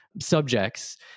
subjects